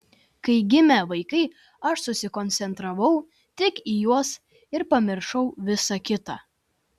kai gimė vaikai aš susikoncentravau tik į juos ir pamiršau visa kita